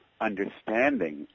understanding